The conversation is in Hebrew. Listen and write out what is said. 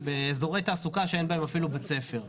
באזורי תעסוקה שאין בהם אפילו בית ספר.